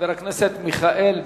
חבר הכנסת מיכאל בן-ארי.